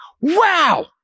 Wow